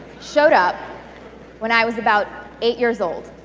showed up when i was about eight years old.